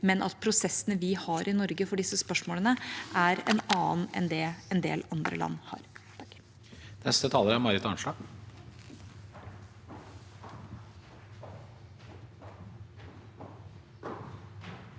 men at prosessene vi har i Norge for disse spørsmålene, er andre enn det en del andre land har.